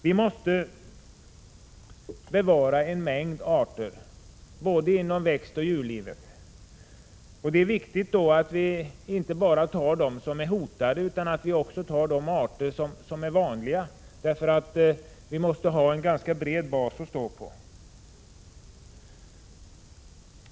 Vi måste bevara en mängd arter inom både växtoch djurriket. Det är viktigt att vi inte bara tar de arter som är hotade utan också vanliga arter. Vi måste ha en ganska bred bas att stå på.